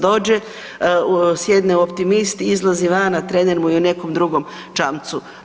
Dođe, sjedne u Optimist, izlazi van, a trener mu je u nekom drugom čamcu.